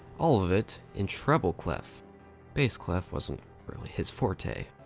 all of it in treble clef bass clef wasn't really his forte.